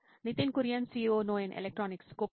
Nitin Kurian COO నోయిన్ electronics గొప్పది